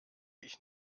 ich